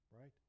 right